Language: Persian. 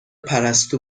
پرستو